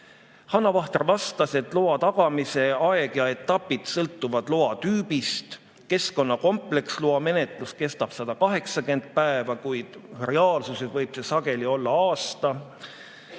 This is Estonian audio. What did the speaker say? Hanna Vahter vastas, et loa tagamise aeg ja etapid sõltuvad loa tüübist. Keskkonnakompleksloa menetlus kestab 180 päeva, kuid reaalsuses võib see sageli olla aasta.